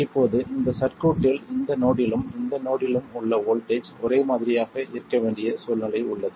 இப்போது இந்த சர்க்யூட்டில் இந்த நோடிலும் இந்த நோடிலும் உள்ள வோல்ட்டேஜ் ஒரே மாதிரியாக இருக்க வேண்டிய சூழ்நிலை உள்ளது